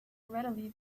readily